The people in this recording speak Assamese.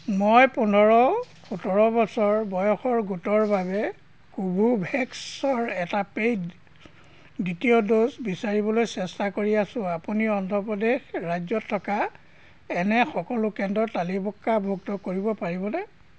মই পোন্ধৰ সোতৰ বছৰ বয়সৰ গোটৰ বাবে কোভোভেক্সৰ এটা পে'ইড দ্বিতীয় ড'জ বিচাৰিবলৈ চেষ্টা কৰি আছোঁ আপুনি অন্ধ্ৰ প্ৰদেশ ৰাজ্যত থকা এনে সকলো কেন্দ্ৰ তালিকাভুক্ত কৰিব পাৰিবনে